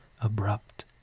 abrupt